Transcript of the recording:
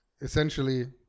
essentially